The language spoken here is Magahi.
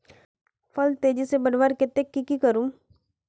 फल तेजी से बढ़वार केते की की करूम?